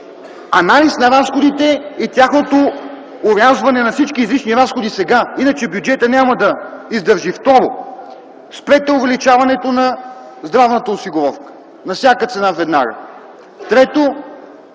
анализ на разходите и орязването на всички излишни разходи сега. Иначе бюджетът няма да издържи. Второ, спрете увеличаването на здравната осигуровка на всяка цена веднага. Трето,